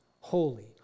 holy